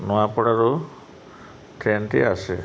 ନୂଆପଡ଼ାରୁ ଟ୍ରେନ୍ଟି ଆସେ